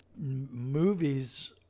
movies